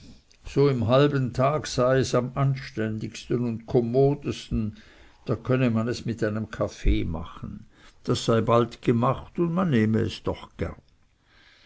so im halben tag sei es am anständigsten und kommodesten da könne man es mit einem kaffee machen das sei bald gemacht und man nehme es doch gern